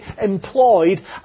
employed